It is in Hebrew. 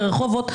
ברחובות,